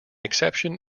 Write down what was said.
exception